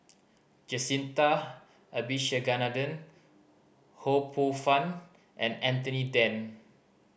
Jacintha Abisheganaden Ho Poh Fun and Anthony Then